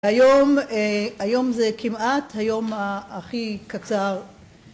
‫היום זה כמעט היום הכי קצר.